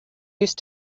used